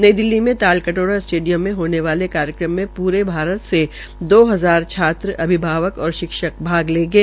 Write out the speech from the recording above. नई दिल्ली में तालकटोरा स्टेडियम में होने वाले कार्यक्रम में पूरे भारत से दो हजार छात्र अभिभावक और शिक्षक भाग लेंगे